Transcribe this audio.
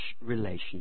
relationship